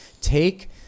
Take